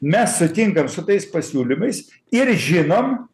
mes sutinkam su tais pasiūlymais ir žinom